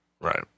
right